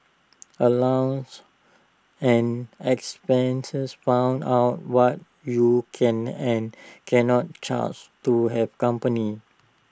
allowance and expenses found out what you can and can not charge to hey company